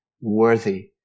worthy